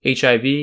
HIV